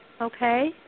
Okay